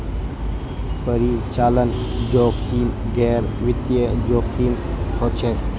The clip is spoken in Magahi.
परिचालन जोखिम गैर वित्तीय जोखिम हछेक